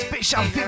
Special